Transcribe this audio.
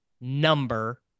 number